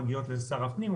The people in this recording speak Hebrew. מגיעות לשר הפנים,